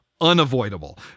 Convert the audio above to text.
unavoidable